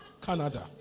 Canada